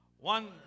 One